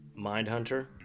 Mindhunter